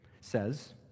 says